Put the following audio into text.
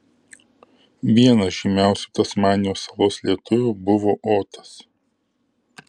vienas žymiausių tasmanijos salos lietuvių buvo otas